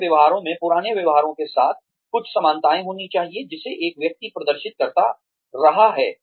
नए व्यवहारों में पुराने व्यवहारों के साथ कुछ समानता होनी चाहिए जिसे एक व्यक्ति प्रदर्शित करता रहा है